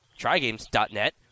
TryGames.net